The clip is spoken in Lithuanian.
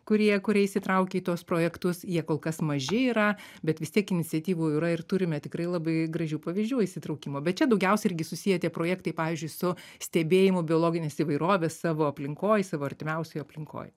kurie kurie įsitraukia į tuos projektus jie kol kas maži yra bet vis tiek iniciatyvų yra ir turime tikrai labai gražių pavyzdžių įsitraukimo bet čia daugiausia irgi susiję tie projektai pavyzdžiui su stebėjimu biologinės įvairovės savo aplinkoj savo artimiausioj aplinkoj